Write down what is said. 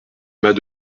mas